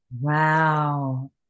Wow